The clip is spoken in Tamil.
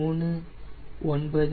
3901 0